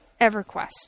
EverQuest